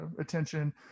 attention